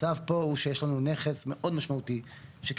המצב פה הוא שיש לנו נכס מאוד משמעותי שקיבלנו,